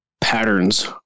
patterns